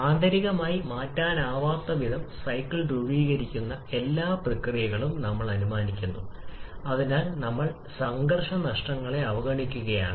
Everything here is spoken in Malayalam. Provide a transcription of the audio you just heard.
ആന്തരികമായി മാറ്റാനാവാത്തവിധം സൈക്കിൾ രൂപീകരിക്കുന്ന എല്ലാ പ്രക്രിയകളും നമ്മൾ അനുമാനിക്കുന്നു അതിനാൽ നമ്മൾ സംഘർഷ നഷ്ടങ്ങളെ അവഗണിക്കുകയാണ്